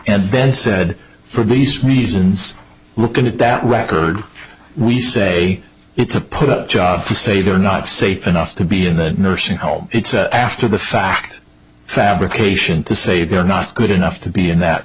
and ben said for these reasons looking at that record we say it's a put up job to say they're not safe enough to be in a nursing home it's after the fact fabrication to say they're not good enough to be in that